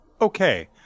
okay